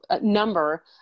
number